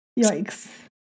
Yikes